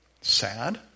Sad